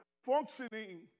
functioning